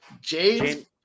James